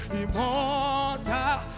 immortal